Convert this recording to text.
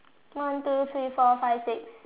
one two three four five six